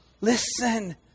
listen